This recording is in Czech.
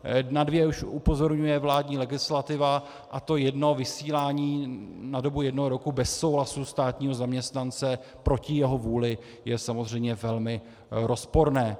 Na dvě už upozorňuje vládní legislativa, a to jedno, vysílání na dobu jednoho roku bez souhlasu státního zaměstnance proti jeho vůli, je samozřejmě velmi rozporné.